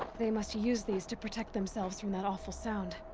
they must use these to protect themselves from that awful sound.